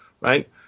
right